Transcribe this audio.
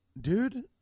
dude